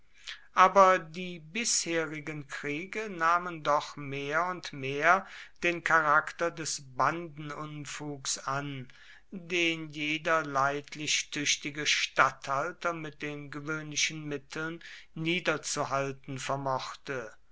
aber die bisherigen kriege nahmen doch mehr und mehr den charakter des bandenunfugs an den jeder leidlich tüchtige statthalter mit den gewöhnlichen mitteln niederzuhalten vermochte